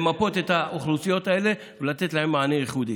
למפות את האוכלוסיות האלה ולתת להן מענה ייחודי.